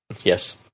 Yes